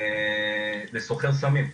לסוחר סמים.